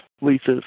leases